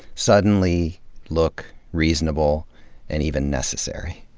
suddenly look reasonable and even necessary.